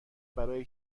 برای